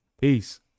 peace